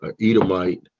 edomite